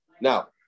Now